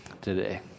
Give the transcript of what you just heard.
today